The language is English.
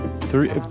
three